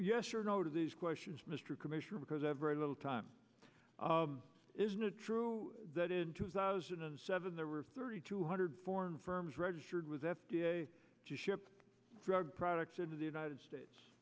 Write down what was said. yes or no to these questions mr commissioner because every little time isn't it true that in two thousand and seven there were thirty two hundred foreign firms registered with ship drug products into the united states